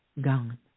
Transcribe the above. Gone